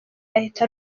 yahita